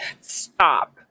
Stop